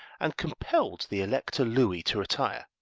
and compelled the elector louis to retire.